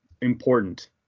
important